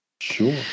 Sure